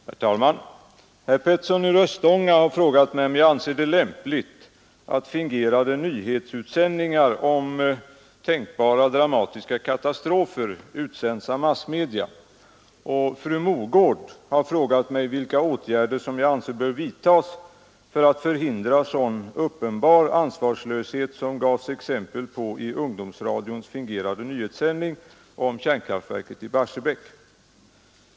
Herr talman! Herr Petersson i Röstånga har frågat mig om jag anser det lämpligt att fingerade nyhetsutsändningar om tänkbara dramatiska katastrofer utsänds av massmedia, och fru Mogård har frågat mig vilka åtgärder som jag anser bör vidtas för att förhindra sådan uppenbar ansvarslöshet som gavs exempel på i ungdomsradions fingerade nyhetssändning om kärnkraftverket i Barsebäck.